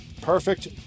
Perfect